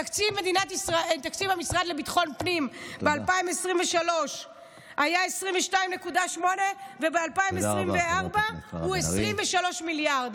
תקציב המשרד לביטחון פנים ב-2023 היה 22.8 וב-2024 הוא 23 מיליארד.